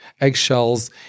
eggshells